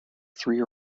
three